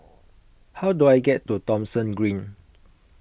how do I get to Thomson Green